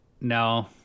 No